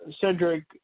Cedric